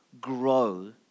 grow